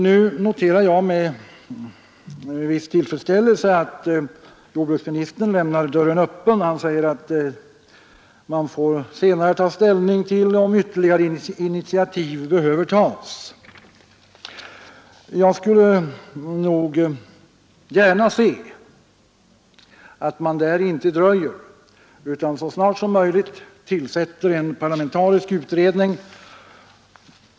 Nu noterar jag med viss tillfredsställelse att jordbruksministern lämnar dörren öppen i detta avseende. Han säger att man senare får ta ställning till om ytterligare initiativ behöver tas. Jag skulle gärna se att man därvidlag inte dröjer utan så snart som möjligt tillsätter en parlamentarisk utredning.